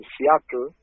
Seattle